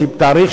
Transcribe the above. יש התאריך,